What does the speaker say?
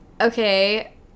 okay